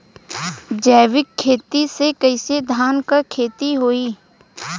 जैविक खेती से कईसे धान क खेती होई?